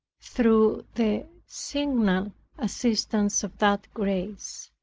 through the signal assistance of that grace.